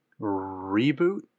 reboot